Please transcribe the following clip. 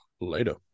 later